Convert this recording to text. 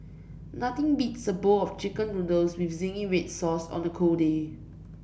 nothing beats a bowl of chicken noodles with zingy red sauce on a cold day